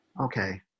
okay